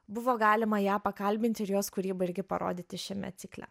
buvo galima ją pakalbint ir jos kūrybą irgi parodyti šiame cikle